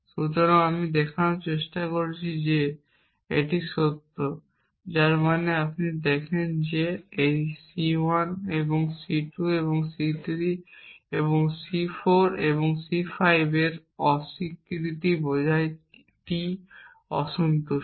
সুতরাং আমি দেখানোর চেষ্টা করছি যে এটি সত্য যার মানে আপনি দেখান যে এই C 1 এবং C 2 এবং C 3 এবং C 4 এবং C 5 এর অস্বীকৃতি বোঝায় T অসন্তুষ্ট